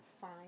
Fine